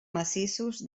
massissos